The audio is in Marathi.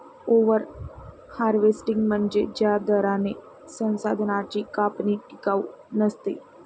ओव्हर हार्वेस्टिंग म्हणजे ज्या दराने संसाधनांची कापणी टिकाऊ नसते